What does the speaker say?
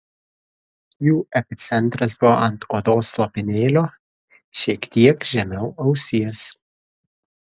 jų epicentras buvo ant odos lopinėlio šiek tiek žemiau ausies